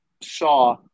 saw